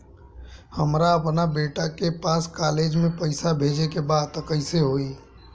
हमरा अपना बेटा के पास कॉलेज में पइसा बेजे के बा त कइसे होई?